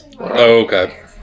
Okay